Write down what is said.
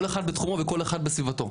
כל אחד בתחומו וכל אחד בסביבתו.